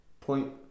point